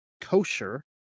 kosher